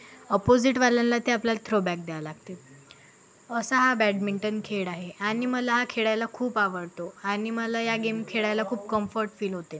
अपोजिटवाल्याला ते आपल्याला थ्रोबॅक द्यावं लागते असा हा बॅडमिंटन खेळ आहे आणि मला हा खेळायला खूप आवडतो आणि मला या गेम खेळायला खूप कम्फर्ट फील होते